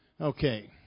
Okay